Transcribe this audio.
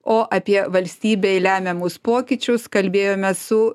o apie valstybei lemiamus pokyčius kalbėjomės su